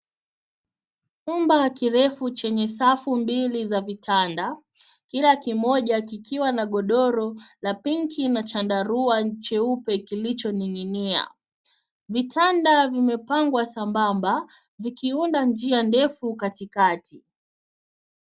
Chumba kirefu chenye safu mbili za vitanda. Kila kimoja kikiwa na godoro la pinki na chandarua cheupe kilichoning'inia. Vitanda vimepangwa sambamba vikiunda njia ndefu katikati.